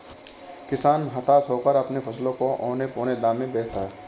किसान हताश होकर अपने फसलों को औने पोने दाम में बेचता है